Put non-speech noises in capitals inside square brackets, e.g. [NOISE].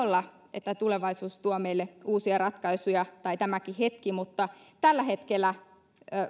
[UNINTELLIGIBLE] olla että tulevaisuus tuo meille uusia ratkaisuja tai tämäkin hetki mutta tällä hetkellä